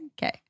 Okay